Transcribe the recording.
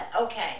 Okay